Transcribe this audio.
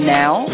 now